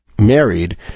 married